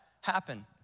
happen